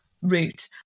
Route